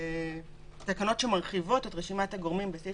אלה תקנות שמרחיבות את רשימת הגורמים בסעיף